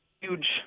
Huge